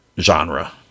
genre